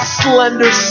slender